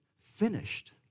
finished